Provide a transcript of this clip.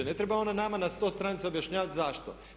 Ne treba ona nama na sto stranica objašnjavati zašto.